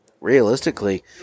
realistically